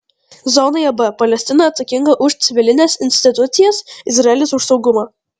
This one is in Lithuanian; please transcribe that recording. zonoje b palestina atsakinga už civilines institucijas izraelis už saugumą